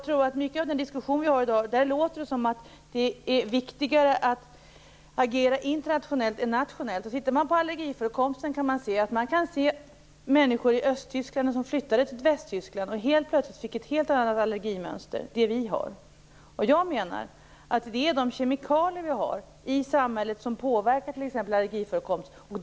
I mycket av den diskussion som vi i dag har låter det som om det är viktigare att agera internationellt än nationellt. Man kan när det gäller allergiförekomsten se att människor som flyttat från östra Tyskland till västra Tyskland plötsligt har fått ett helt annat allergimönster, nämligen samma som vi har. Jag menar att de kemikalier som vi har i samhället påverkar t.ex. allergiförekomsten.